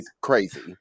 crazy